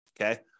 Okay